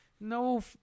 No